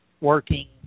working –